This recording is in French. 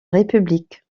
république